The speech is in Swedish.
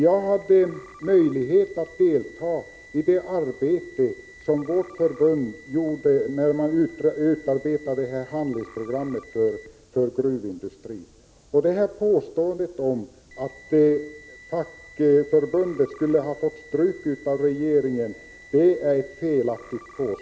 Jag hade möjlighet att delta i det arbete som vårt förbund gjorde när det utarbetade handlingsprogrammet för gruvindustrin. Påståendet att fackförbundet skulle ha fått stryk av regeringen är felaktigt.